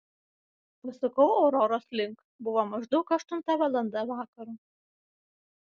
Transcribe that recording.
pasukau auroros link buvo maždaug aštunta valanda vakaro